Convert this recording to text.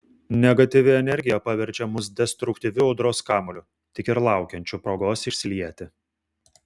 negatyvi energija paverčia mus destruktyviu audros kamuoliu tik ir laukiančiu progos išsilieti